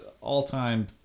all-time